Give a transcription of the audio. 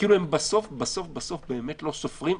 בסוף בסוף הם באמת לא סופרים.